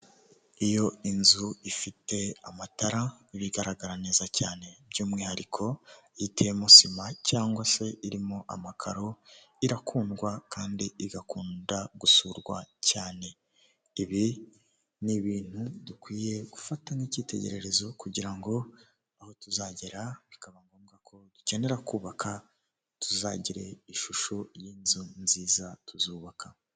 Icyumba kigaragara nkaho hari ahantu bigira ikoranabuhanga, hari abagabo babiri ndetse hari n'undi utari kugaragara neza, umwe yambaye ishati y'iroze undi yambaye ishati y'umutuku irimo utubara tw'umukara, imbere yabo hari amaterefoni menshi bigaragara ko bari kwihugura.